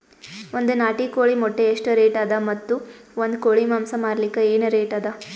ಒಂದ್ ನಾಟಿ ಕೋಳಿ ಮೊಟ್ಟೆ ಎಷ್ಟ ರೇಟ್ ಅದ ಮತ್ತು ಒಂದ್ ಕೋಳಿ ಮಾಂಸ ಮಾರಲಿಕ ಏನ ರೇಟ್ ಅದ?